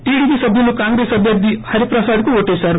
TDP సభ్యులు కాంగ్రెస్ అభ్యర్థి హరిప్రసాద్కు ఓటీశారు